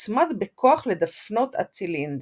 מוצמד בכוח לדפנות הצילינדר.